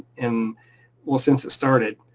and well since it started.